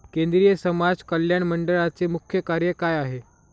केंद्रिय समाज कल्याण मंडळाचे मुख्य कार्य काय आहे?